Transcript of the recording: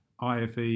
IFE